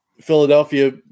Philadelphia